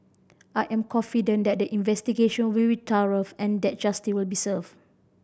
I am confident that the investigation will be thorough and that justice will be served